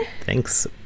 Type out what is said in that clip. Thanks